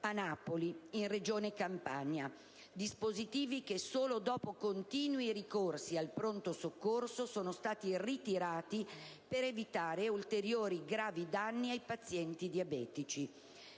a Napoli, nella Regione Campania. Dispositivi che solo dopo continui ricorsi al pronto soccorso sono stati ritirati per evitare ulteriori gravi danni ai pazienti diabetici.